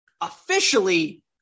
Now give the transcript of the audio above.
officially